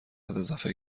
اضافه